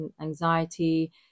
anxiety